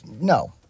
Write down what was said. No